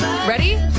Ready